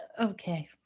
Okay